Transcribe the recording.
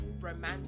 romantic